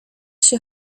się